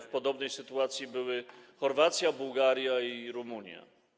W podobnej sytuacji były Chorwacja, Bułgaria i Rumunia.